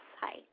Hi